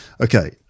Okay